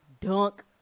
dunk